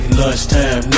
lunchtime